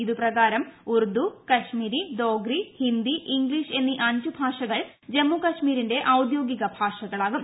ഇത് പ്രകാരം ഉർദു കശ്മീരി ദോഗ്രി ഹിന്ദി ഇംഗ്ലീഷ് എന്നീ അഞ്ച് ഭാഷകൾ ജമ്മു കശ്മിരിന്റെ ഔദ്യോഗിക ഭാഷകളാകും